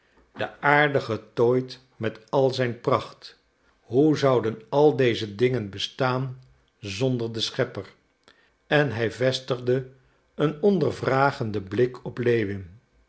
de aarde getooid met al haar pracht hoe zouden al deze dingen bestaan zonder den schepper en hij vestigde een ondervragenden blik op lewin